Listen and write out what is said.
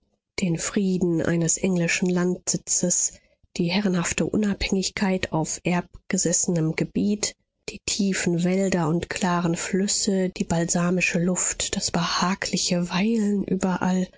den frieden eines englischen landsitzes die herrenhafte unabhängigkeit auf erbgesessenem gebiet die tiefen wälder und klaren flüsse die balsamische luft das behagliche weilen überall